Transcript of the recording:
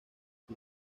sus